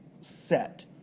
set